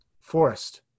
forest